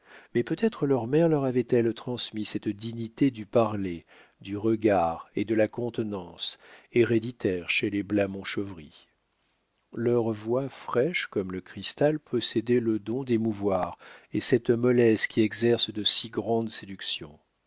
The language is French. mais peut-être leur mère leur avait-elle transmis cette dignité du parler du regard et de la contenance héréditaire chez les blamont-chauvry leur voix fraîche comme le cristal possédait le don d'émouvoir et cette mollesse qui exerce de si grandes séductions